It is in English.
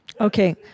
Okay